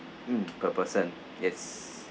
mm per person yes